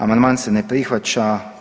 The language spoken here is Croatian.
Amandman se ne prihvaća.